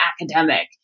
academic